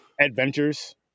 adventures